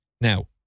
Now